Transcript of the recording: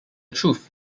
truth